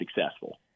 successful